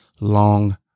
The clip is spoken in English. long